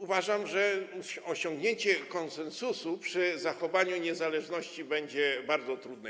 Uważam, że osiągnięcie konsensusu przy zachowaniu niezależności będzie bardzo trudne.